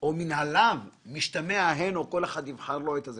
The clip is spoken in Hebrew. או מן הלאו - כל אחד יבחר - משתמע ההן.